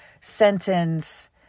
sentence